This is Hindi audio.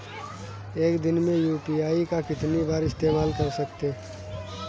एक दिन में यू.पी.आई का कितनी बार इस्तेमाल कर सकते हैं?